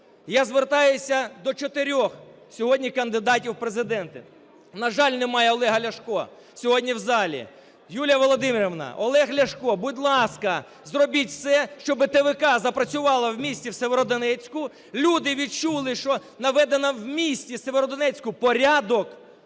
Я звертаюся до чотирьох сьогодні кандидатів в Президенти. На жаль, немає Олега Ляшка сьогодні в залі. Юлія Володимирівна, Олег Ляшко, будь ласка, зробіть все, щоб ТВК запрацювало в містіСєвєродонецьку, люди відчули, що наведено в місті Сєвєродонецьку порядок.